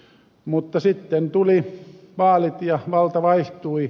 mutta sitten tuli vaalit ja valta vaihtui